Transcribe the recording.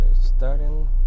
starting